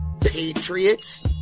Patriots